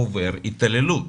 עובר התעללות.